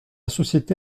société